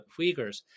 Uyghurs